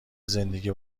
زندگی